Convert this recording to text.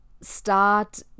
start